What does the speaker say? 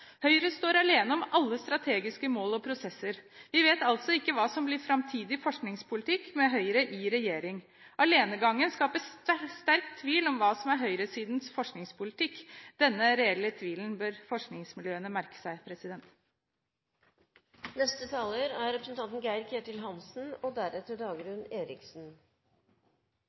Høyre står alene om alle strategiske mål og prosesser. Vi vet altså ikke hva som blir framtidig forskningspolitikk med Høyre i regjering. Alenegangen skaper sterk tvil om hva som er høyresidens forskningspolitikk. Denne reelle tvilen bør forskningsmiljøene merke seg. Jeg tar ordet for å kommentere et par angrep fra Høyre på SV og